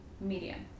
medium